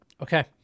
Okay